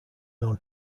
known